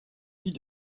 vie